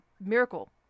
miracle